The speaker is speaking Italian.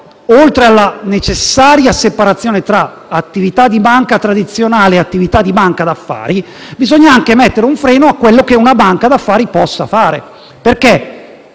oltre alla necessaria separazione tra attività di banca tradizionale e attività di banca d'affari, bisogna anche mettere un freno a quello che può fare una banca d'affari. È dal 1997,